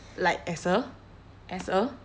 like as a as a